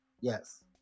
Yes